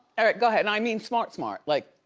eric, go ahead and i mean, smart, smart. like,